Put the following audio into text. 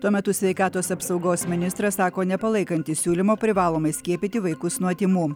tuo metu sveikatos apsaugos ministras sako nepalaikantis siūlymo privalomai skiepyti vaikus nuo tymų